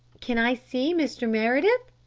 can i see mr. meredith?